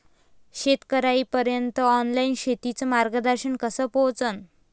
शेतकर्याइपर्यंत ऑनलाईन शेतीचं मार्गदर्शन कस पोहोचन?